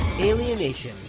Alienation